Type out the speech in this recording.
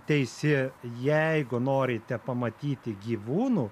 teisi jeigu norite pamatyti gyvūnų